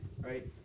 right